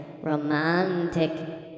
Romantic